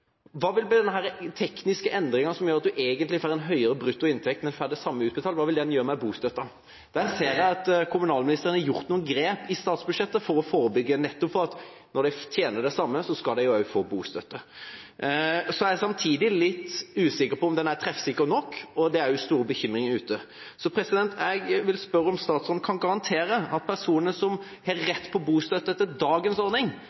vil denne tekniske endringa som gjør at man egentlig får en høyere bruttoinntekt, men får det samme utbetalt, gjøre med bostøtten? Jeg ser at kommunalministeren har gjort noen grep i statsbudsjettet for å forebygge – nettopp for at når man tjener det samme, skal man også få bostøtte. Jeg er samtidig litt usikker på om dette er treffsikkert nok. Det er også store bekymringer ute. Jeg vil spørre om statsråden kan garantere at personer som har rett på bostøtte etter dagens ordning,